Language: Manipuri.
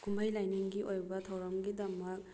ꯀꯨꯝꯍꯩ ꯂꯥꯏꯅꯤꯡꯒꯤ ꯑꯣꯏꯕ ꯊꯧꯔꯝꯒꯤꯗꯃꯛ